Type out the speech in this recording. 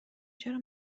چرا